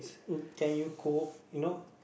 uh can you cook you know